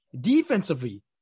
Defensively